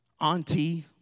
auntie